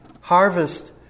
Harvest